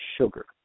sugar